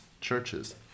churches